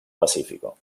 pacífico